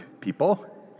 people